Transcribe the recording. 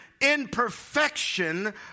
imperfection